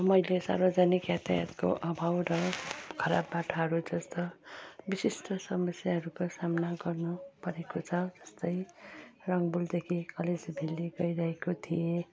मैले सार्वजनिक यातायातको अभाव र खराब बाटाहरू जस्तो विशिष्ट समस्याहरूको सामना गर्नु परेको छ जस्तै रङ्बुलदेखि कलेज भेल्ली गइरहेको थिएँ